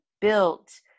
built